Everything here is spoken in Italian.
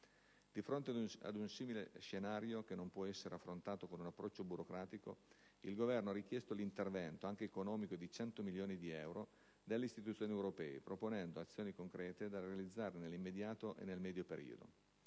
Di fronte ad un simile scenario, che non può essere affrontato con un approccio burocratico, il Governo ha richiesto l'intervento - anche economico di 100 milioni di euro - delle istituzioni europee, proponendo azioni concrete da realizzare nell'immediato e nel medio periodo.